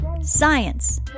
science